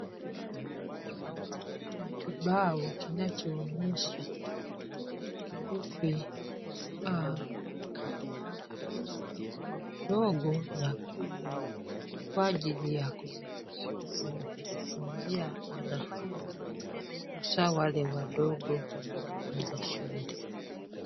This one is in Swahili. Kibao kinachoonyesha herufi a mpaka z ndogo na kubwa kwa ajili ya kujifunzia wanafunzi hasa wale wadogo wanaoanza shule.